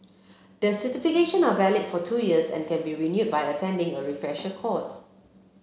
the certification are valid for two years and can be renewed by attending a refresher course